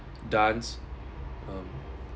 dance um